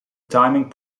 timing